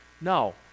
No